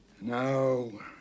No